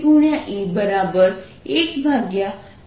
e બનશે જે V